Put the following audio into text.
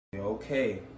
Okay